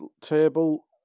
table